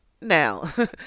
Now